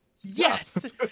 yes